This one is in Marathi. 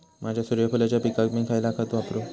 माझ्या सूर्यफुलाच्या पिकाक मी खयला खत वापरू?